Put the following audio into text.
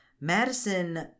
Madison